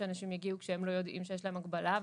שאנשים יגיעו כשהם לא יודעים שיש להם הגבלה,